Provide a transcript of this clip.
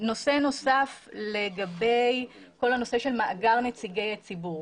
נושא נוסף לגבי מאגר נציגי הציבור.